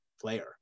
player